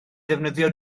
ddefnyddio